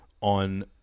on